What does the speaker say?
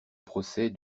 procès